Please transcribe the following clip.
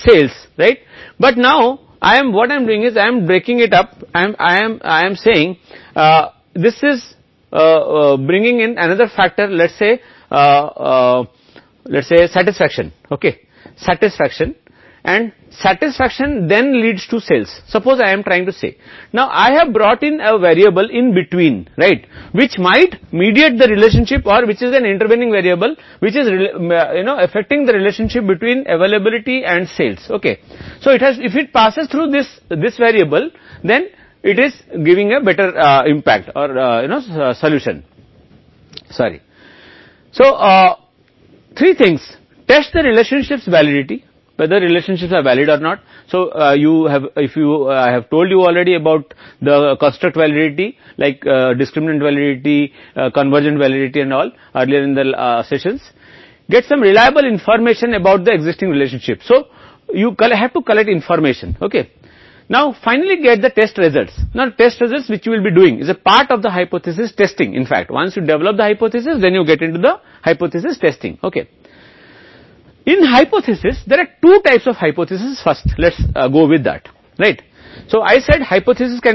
लेकिन अब यह है कि यह एक अन्य कारक है कि संतुष्टि है और संतुष्टि तब बिक्री मान लेते है कि बीच एक चर में लाया है जो रिश्ते कि मध्यस्थता कर सकता है या जो एक वैरिएबल है वैरिएबल जो कि उपलब्धता और बिक्री के बीच संबंध को प्रभावित करता है तो यह इस चर के माध्यम से गुजरता है तो यह एक बेहतर प्रभाव दे रहा है समाधान करें तो तीन चीजें रिश्ते की वैधता का परीक्षण करती हैं कि क्या रिश्ता वैध है या नहीं यदि विवेकशील वैधता अभिसरण जैसी निर्माण वैधता के बारे में बताया है वैधता और पहले के सभी खंडों में मौजूदा के बारे में कुछ विश्वसनीय संबंध कि जानकारी मिलती है ताकि आपको जानकारी एकत्र करनी हो ठीक है अब अंत में परीक्षण के परिणाम का परीक्षण करें विकसित किए जाने के बाद परिणाम जो परिकल्पना परीक्षण का हिस्सा बना रहे हैं तो परिकल्पना परीक्षण ठीक है